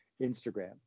Instagram